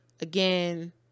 again